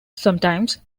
sometimes